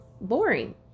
boring